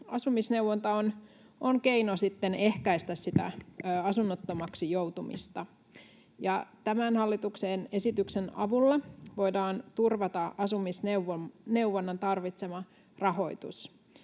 asumisneuvonta on keino ehkäistä sitä asunnottomaksi joutumista. Tämän hallituksen esityksen avulla voidaan turvata asumisneuvonnan tarvitsema rahoitus.